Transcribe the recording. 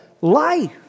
life